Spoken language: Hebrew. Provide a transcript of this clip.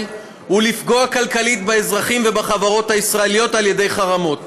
ולפגוע כלכלית באזרחים ובחברות הישראליות על ידי חרמות.